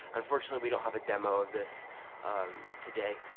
unfortunately we don't have a demo of this today.